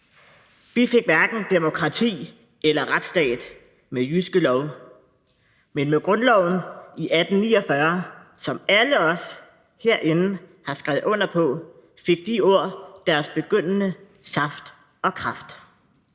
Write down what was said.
Vi fik hverken demokrati eller retsstat med Jyske Lov. Men med grundloven i 1849, som alle os herinde har skrevet under på, fik de ord deres begyndende saft og kraft.